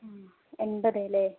മ് എൺപത് അല്ലേ